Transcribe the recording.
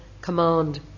command